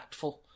impactful